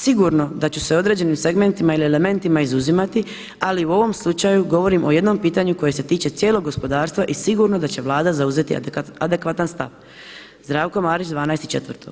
Sigurno da ću se u određenim segmentima ili elementima izuzimati, ali u ovom slučaju govorim o jednom pitanju koje se tiče cijelog gospodarstva i sigurno da će Vlada zauzeti adekvatan stav.“ Zdravko Marić, 12.4.